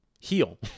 heal